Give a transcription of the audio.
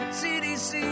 cdc